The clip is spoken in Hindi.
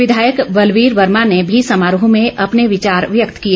विधायक बलवीर वर्मा ने भी समारोह में अपने विचार व्यक्त किए